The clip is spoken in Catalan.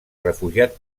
refugiat